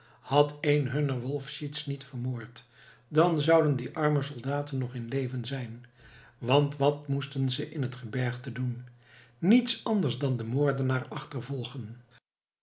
had een hunner wolfenschiez niet vermoord dan zouden die arme soldaten nog in leven zijn want wat moesten ze in het gebergte doen niets anders dan den moordenaar achtervolgen